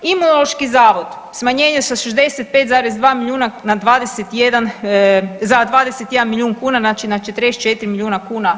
Imunološki zavod smanjenje sa 65,2 milijuna na 21, za 21 milijun kuna, znači na 44 milijuna kuna.